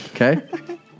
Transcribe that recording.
Okay